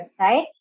website